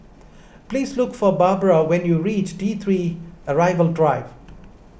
please look for Barbra when you reach T three Arrival Drive